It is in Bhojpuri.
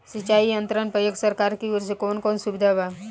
सिंचाई यंत्रन पर एक सरकार की ओर से कवन कवन सुविधा बा?